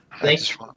thanks